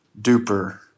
duper